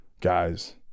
guys